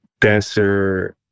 dancer